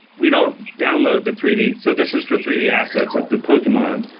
we don't download the three d so, this is for three d assets of the pokemon.